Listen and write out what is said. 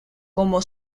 como